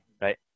Right